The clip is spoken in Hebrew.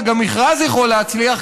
וגם מכרז יכול להצליח,